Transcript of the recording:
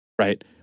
right